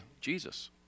Jesus